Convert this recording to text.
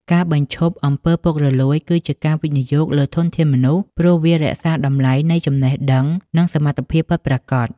ការបញ្ឈប់ អំពើពុករលួយ គឺជាការវិនិយោគលើ "ធនធានមនុស្ស" ព្រោះវារក្សាតម្លៃនៃចំណេះដឹង និងសមត្ថភាពពិតប្រាកដ។